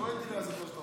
אני אתחיל שוב.